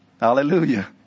hallelujah